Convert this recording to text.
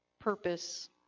purpose